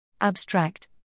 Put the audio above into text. Abstract